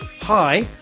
hi